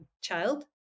child